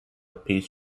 peace